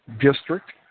district